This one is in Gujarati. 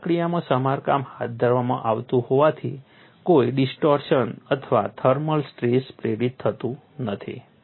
ઠંડી પ્રક્રિયામાં સમારકામ હાથ ધરવામાં આવતું હોવાથી કોઈ ડિસ્ટોર્શન અથવા થર્મલ સ્ટ્રેસ પ્રેરિત થતું નથી